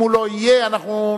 אם הוא לא יהיה, נעבור